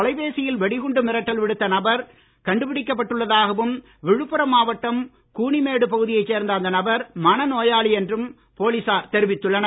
தொலைபேசியில் வெடிகுண்டு மிரட்டல் விடுத்த நபர் கண்டுபிடிக்கப் பட்டுள்ளதாகவும் விழுப்புரம் மாவட்டம் கூனிமேடு பகுதியைச் சேர்ந்த அந்த நபர் மனநோயாளி என்றும் போலீசார் தெரிவித்துள்ளனர்